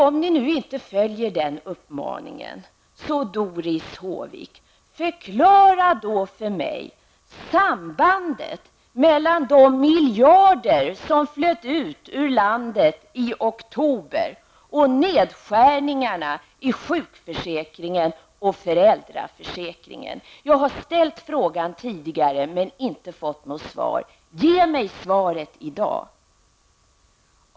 Om ni nu inte följer den uppmaningen, så ber jag Doris Håvik att förklara sambandet mellan de miljarder som flöt ut i landet i oktober och nedskärningarna i sjukförsäkringen och föräldraförsäkringen. Jag har ställt frågan tidigare men inte fått något svar. Ge mig svaret i dag!